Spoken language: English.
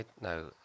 no